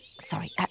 sorry